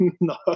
no